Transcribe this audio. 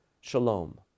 Shalom